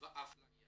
ואפליה